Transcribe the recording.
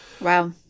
Wow